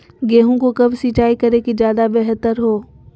गेंहू को कब सिंचाई करे कि ज्यादा व्यहतर हो?